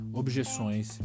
objeções